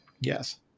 Yes